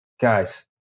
Guys